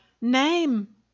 Name